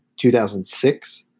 2006